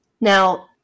Now